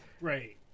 Right